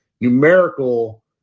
numerical